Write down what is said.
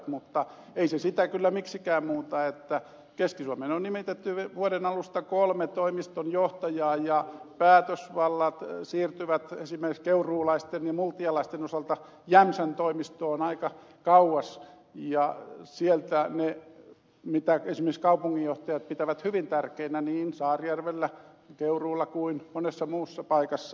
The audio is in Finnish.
mutta ei se sitä kyllä miksikään muuta että keski suomeen on nimitetty vuoden alusta kolme toimistonjohtajaa ja päätösvallat siirtyvät esimerkiksi keuruulaisten ja multialaisten osalta jämsän toimistoon aika kauas ja vaarantuu se mitä esimerkiksi kaupunginjohtajat pitävät hyvin tärkeänä niin saarijärvellä keuruulla kuin monessa muussa paikassa